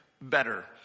better